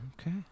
Okay